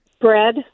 bread